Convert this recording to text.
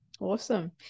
Awesome